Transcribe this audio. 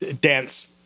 dance